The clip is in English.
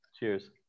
Cheers